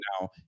now